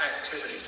activity